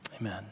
amen